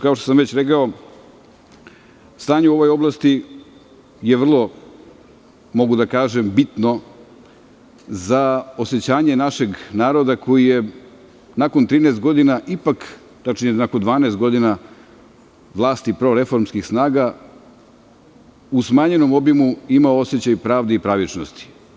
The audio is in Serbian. Kao što sam već rekao, stanje u ovoj oblasti je vrlo, mogu da kažem, bitno za osećanje našeg naroda koji je nakon 13 godina ipak, tačnije nakon 12 godina, vlasti proreformskih snaga u smanjenom obimu imao osećaj pravde i pravičnosti.